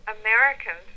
Americans